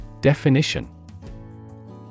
Definition